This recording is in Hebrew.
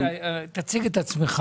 תציג את עצמך.